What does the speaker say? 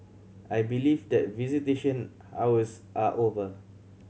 I believe that visitation hours are over